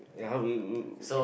ya how will you